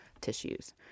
tissues